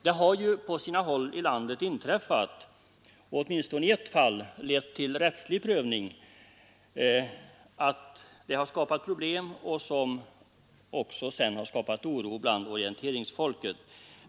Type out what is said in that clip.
Det har på sina håll i landet inträffat händelser som skapat problem och oro bland orienteringsfolket och åtminstone i ett fall lett till rättslig prövning.